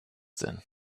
denn